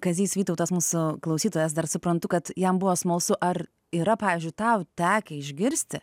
kazys vytautas mūsų klausytojas dar suprantu kad jam buvo smalsu ar yra pavyzdžiui tau tekę išgirsti